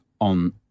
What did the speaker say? on